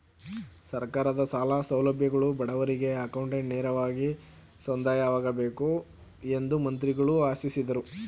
ಸರ್ಕಾರದ ಸಾಲ ಸೌಲಭ್ಯಗಳು ಬಡವರಿಗೆ ಅಕೌಂಟ್ಗೆ ನೇರವಾಗಿ ಸಂದಾಯವಾಗಬೇಕು ಎಂದು ಮಂತ್ರಿಗಳು ಆಶಿಸಿದರು